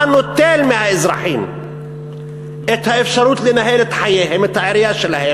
בא ונוטל מהאזרחים את האפשרות לנהל את חייהם,